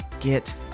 get